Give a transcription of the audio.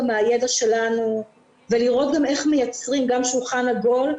מהידע שלנו ולראות איך מייצרים גם שולחן עגול.